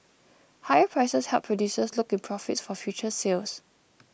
higher prices help producers lock in profits for future sales